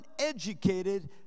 uneducated